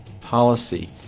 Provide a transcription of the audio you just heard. policy